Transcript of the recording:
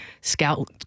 scout